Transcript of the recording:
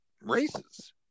races